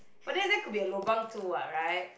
but they said could be a lobang too [what] right